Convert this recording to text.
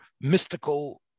mystical